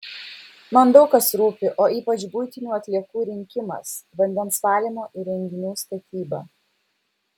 man daug kas rūpi o ypač buitinių atliekų rinkimas vandens valymo įrenginių statyba